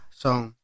song